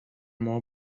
more